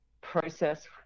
process